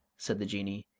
said the jinnee,